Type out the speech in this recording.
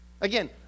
Again